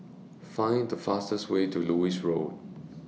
Find The fastest Way to Lewis Road